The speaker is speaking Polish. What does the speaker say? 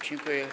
Dziękuję.